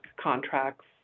contracts